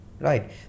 right